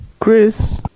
Chris